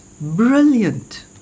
brilliant